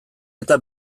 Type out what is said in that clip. eta